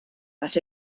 but